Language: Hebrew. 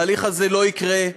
התהליך הזה לא יקרה.